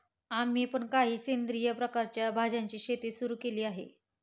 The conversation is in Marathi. आम्ही पण काही सेंद्रिय प्रकारच्या भाज्यांची शेती सुरू केली आहे